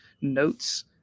notes